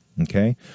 Okay